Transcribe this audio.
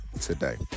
today